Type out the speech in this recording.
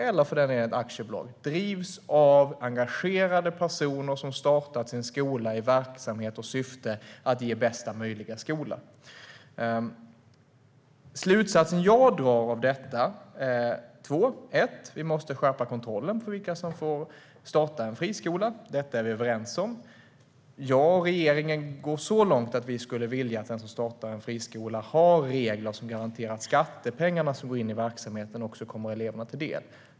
Så är det oavsett organisationsform, oavsett om det är ett kooperativ, ett icke-vinstutdelande företag eller, för den delen, ett aktiebolag. Slutsatserna jag drar av detta är två: Vi måste skärpa kontrollen i fråga om vilka som får starta en friskola. Detta är vi överens om. Jag och regeringen går så långt att vi skulle vilja att den som startar en friskola har regler som garanterar att de skattepengar som går in i verksamheten också kommer eleverna till del.